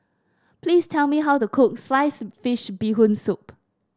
please tell me how to cook Sliced Fish Bee Hoon Soup